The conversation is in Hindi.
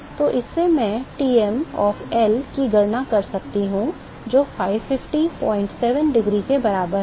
तो इससे मैं Tm of L की गणना कर सकता हूं जो 5507 डिग्री के बराबर है